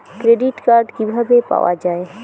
Credit card কিভাবে পাওয়া য়ায়?